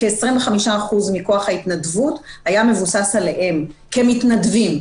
כ-25% מכוח ההתנדבות היה מבוסס עליהם כמתנדבים,